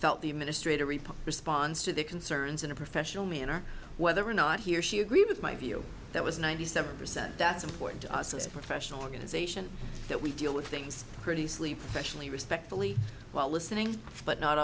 felt the administrator report responds to the concerns in a professional manner whether or not he or she agreed with my view that was ninety seven percent that's important to us as a professional organisation that we deal with things pretty sleep professionally respectfully while listening but not